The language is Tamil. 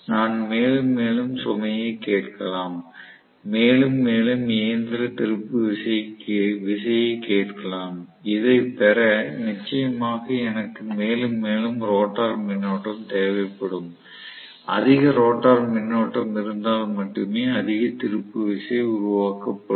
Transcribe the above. நான் மேலும் மேலும் சுமையை கேட்கலாம் மேலும் மேலும் இயந்திர திருப்பு விசையை கேட்கலாம் இதை பெற நிச்சயமாக எனக்கு மேலும் மேலும் ரோட்டார் மின்னோட்டம் தேவைப்படும் அதிக ரோட்டார் மின்னோட்டம் இருந்தால் மட்டுமே அதிக திருப்பு விசை உருவாக்கப்படும்